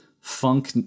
funk